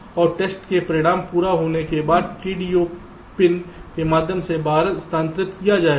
और टेस्ट के परिणाम पूरा होने के बाद TDO पिन के माध्यम से बाहर स्थानांतरित किया जाएगा